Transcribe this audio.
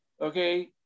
okay